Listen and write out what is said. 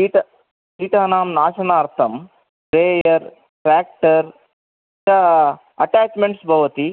कीट् कीटानां नाशनार्थं sprayer tractor attachments भवति